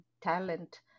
talent